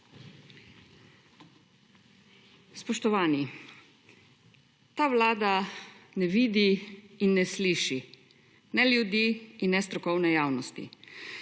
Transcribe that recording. Spoštovani! Ta Vlada ne vidi in ne sliši ne ljudi in ne strokovne javnosti.